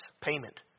payment